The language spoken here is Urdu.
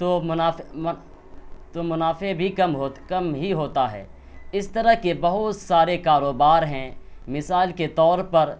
تو تو منافع بھی کم کم ہی ہوتا ہے اس طرح کے بہت سارے کاروبار ہیں مثال کے طور پر